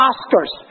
Oscars